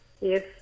Yes